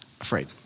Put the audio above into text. afraid